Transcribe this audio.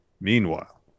meanwhile